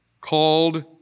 called